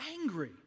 angry